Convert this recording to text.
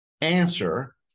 answer